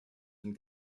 and